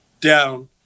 down